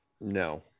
No